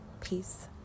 peace